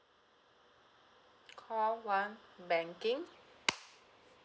call one banking